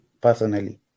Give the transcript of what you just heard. personally